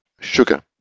sugar